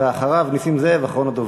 ואחריו, נסים זאב, אחרון הדוברים.